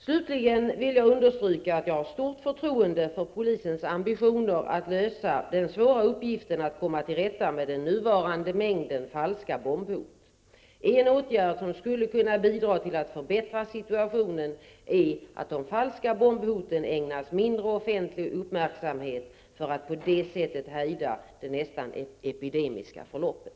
Slutligen vill jag understryka att jag har stort förtroende för polisens ambitioner att lösa den svåra uppgiften att komma till rätta med den nuvarande mängden falska bombhot. En åtgärd som skulle kunna bidra till att förbättra situationen är att de falska bombhoten ägnas mindre offentlig uppmärksamhet för att på det sättet hejda det nästan epidemiska förloppet.